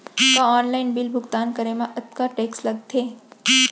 का online bill भुगतान करे मा अक्तहा टेक्स लगथे?